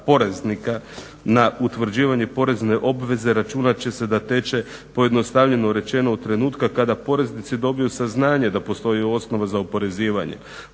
na utvrđivanje porezne obveze računat će se da teče pojednostavljeno rečeno od trenutka kada poreznici dobiju saznanje da postoji osnova za oporezivanje.